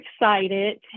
excited